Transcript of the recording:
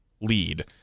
Lead